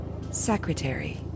secretary